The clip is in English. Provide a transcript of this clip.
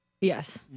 Yes